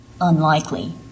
unlikely